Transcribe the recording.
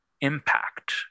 impact